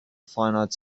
finite